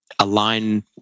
align